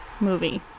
movie